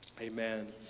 Amen